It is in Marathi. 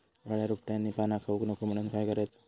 अळ्या रोपट्यांची पाना खाऊक नको म्हणून काय करायचा?